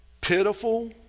pitiful